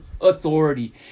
authority